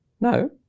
No